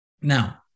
Now